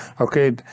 okay